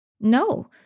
No